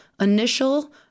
initial